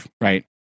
Right